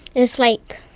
it's like